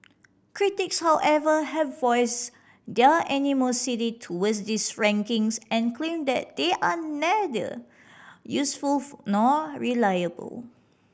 critics however have voiced their animosity toward these rankings and claim that they are neither useful nor reliable